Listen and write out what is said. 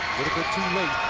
bit too late.